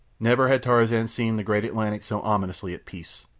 never had tarzan seen the great atlantic so ominously at peace.